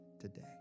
today